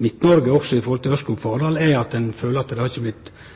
Midt-Noreg òg om Ørskog–Fardal, er at ein føler at det ikkje har blitt